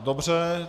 Dobře.